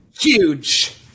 huge